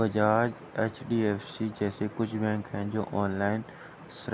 Bajaj, HDFC जैसे कुछ bank है, जो ऑनलाईन